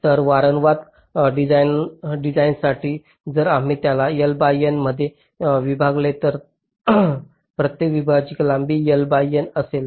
तर वारंवार डिझाइनसाठी जर आम्ही त्याला L बाय N मध्ये विभागले तर तर प्रत्येक विभागाची लांबी L बाय N असेल